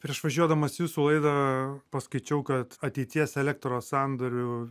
prieš važiuodamas į jūsų laidą paskaičiau kad ateities elektros sandorių